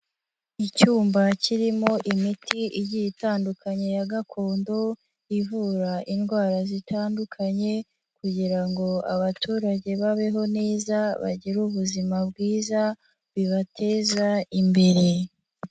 Icyumba kirimo imiti igiye itandukanye ya gakondo, ivura indwara zitandukanye kugira ngo abaturage babeho neza, bagire ubuzima bwiza, bibateza imbere.